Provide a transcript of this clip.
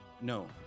No